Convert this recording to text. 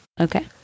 Okay